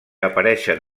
apareixen